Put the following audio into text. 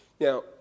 Now